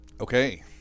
Okay